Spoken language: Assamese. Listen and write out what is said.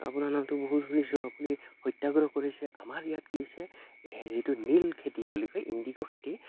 আপোনাৰ নামটো বহুত শুনিছোঁ আপুনি সত্যাগ্ৰহ কৰিছে আমাৰ ইয়াত কি হৈছে যিটো নীল খেতি বুলি কয় ইন্দিগ' খেতি